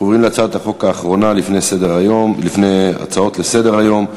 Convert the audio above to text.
אנחנו עוברים להצעת החוק האחרונה לפני ההצעות לסדר-היום,